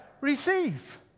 Receive